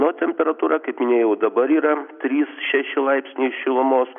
o temperatūra kaip minėjau dabar yra trys šeši laipsniai šilumos